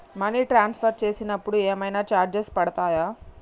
Money transfer చేసినప్పుడు ఏమైనా charges పడతయా?